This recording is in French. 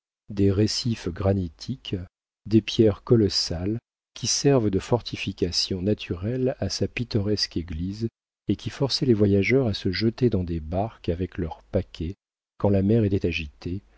des rescifs granitiques des pierres colossales qui servent de fortifications naturelles à sa pittoresque église et qui forçaient les voyageurs à se jeter dans des barques avec leurs paquets quand la mer était agitée